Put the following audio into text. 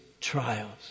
trials